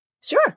Sure